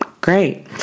Great